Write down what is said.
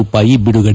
ರೂಪಾಯಿ ಬಿಡುಗಡೆ